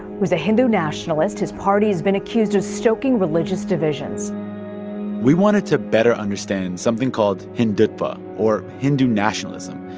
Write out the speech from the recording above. who's a hindu nationalist. his party's been accused of stoking religious divisions we wanted to better understand something called hindutva, or hindu nationalism,